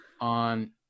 on